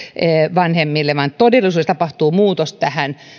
vanhemmille vaan että todellisuudessa tapahtuu muutos